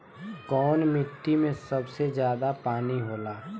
कौन मिट्टी मे सबसे ज्यादा पानी होला?